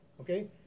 Okay